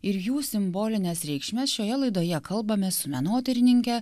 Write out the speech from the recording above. ir jų simbolines reikšmes šioje laidoje kalbamės su menotyrininke